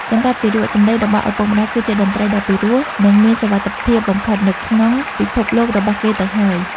សម្រាប់ទារក សំឡេងរបស់ឪពុកម្ដាយគឺជាតន្ត្រីដែលពិរោះ និងមានសុវត្ថិភាពបំផុតនៅក្នុងពិភពលោករបស់គេទៅហើយ